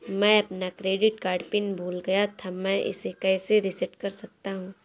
मैं अपना credit card pin भूल गया था मैं इसे कैसे रीसेट कर सकता हूँ?